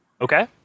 Okay